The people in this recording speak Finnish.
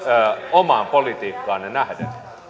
omaan politiikkaanne nähden